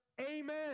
Amen